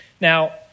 Now